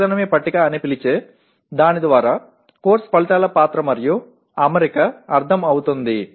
taxonomy పట్టిక అని పిలిచే దాని ద్వారా కోర్సు ఫలితాల పాత్ర మరియు అమరిక అర్ధం అవుతుంది